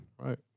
Right